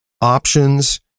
options